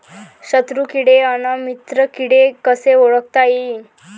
शत्रु किडे अन मित्र किडे कसे ओळखता येईन?